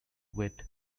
wit